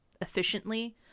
efficiently